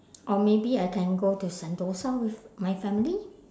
or maybe I can go to sentosa with my family